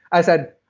i said,